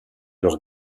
leur